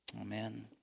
Amen